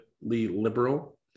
Liberal